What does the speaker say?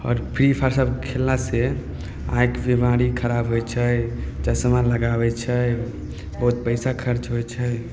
आओर free fire सभ खेलला से ऑंखि भी बड़ी खराब होइ छै चश्मा लगाबै छै बहुत पैसा खर्च होइ छै